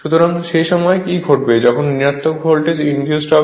সুতরাং সেই সময়ে কী ঘটবে যখন ঋণাত্মক ভোল্টেজ ইন্ডিউজড হবে